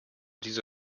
diese